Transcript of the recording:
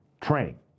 training